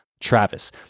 Travis